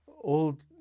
old